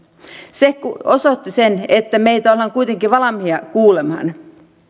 se osoitti sen että meitä ollaan kuitenkin valmiita kuulemaan